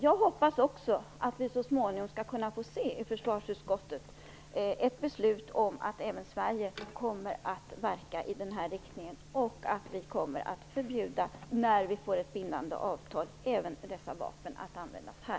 Jag hoppas också att vi i försvarsutskottet så småningom skall kunna se ett beslut om att även Sverige kommer att verka i den här riktningen och att vi - när vi får ett bindande avtal - kommer att förbjuda användningen av dessa vapen även här.